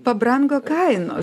pabrango kainos